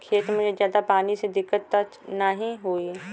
खेत में ज्यादा पानी से दिक्कत त नाही होई?